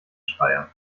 schreier